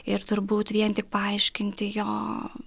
ir turbūt vien tik paaiškinti jo